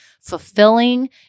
fulfilling